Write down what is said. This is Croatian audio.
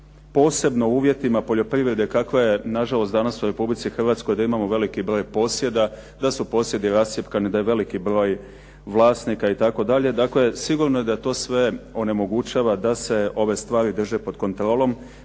posebno u uvjetima poljoprivrede kakva je na žalost danas u Republici Hrvatskoj da imamo veliki broj posjeda, da su posjedi rascjepkani, da je veliki broj vlasnika itd. Dakle, sigurno je da to sve onemogućava da se ove stvari drže pod kontrolom